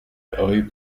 rue